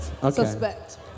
suspect